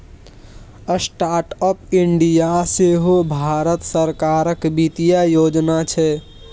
startup India सेहो भारत सरकारक बित्तीय योजना छै